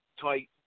Tight